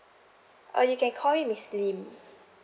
uh you can call me miss lim